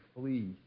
flee